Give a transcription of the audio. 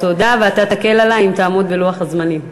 תודה, ואתה תקל עלי אם תעמוד בלוח הזמנים.